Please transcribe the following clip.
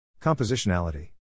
Compositionality